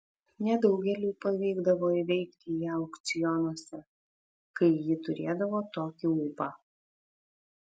nedaugeliui pavykdavo įveikti ją aukcionuose kai ji turėdavo tokį ūpą